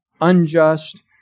unjust